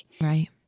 Right